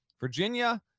Virginia